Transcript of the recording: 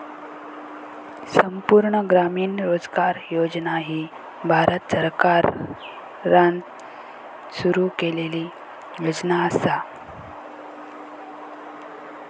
संपूर्ण ग्रामीण रोजगार योजना ही भारत सरकारान सुरू केलेली योजना असा